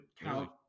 count